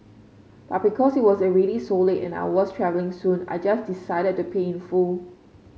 but because it was already so late and I was travelling soon I just decided to pay in full